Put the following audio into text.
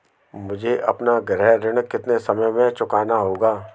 मुझे अपना गृह ऋण कितने समय में चुकाना होगा?